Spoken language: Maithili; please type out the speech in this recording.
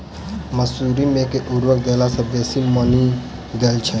मसूरी मे केँ उर्वरक देला सऽ बेसी मॉनी दइ छै?